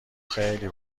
خیلی